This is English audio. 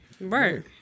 right